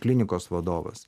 klinikos vadovas